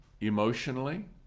emotionally